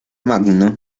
magno